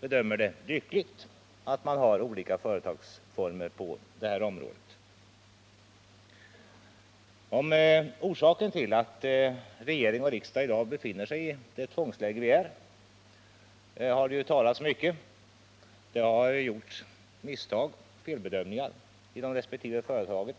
tycker det är lyckligt att man har olika företagsformer på det här området. Om orsaken till att regering och riksdag i dag befinner sig i det tvångsläge som råder har det talats mycket. Det har gjorts misstag och felbedömningar inom respektive företag.